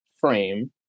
frame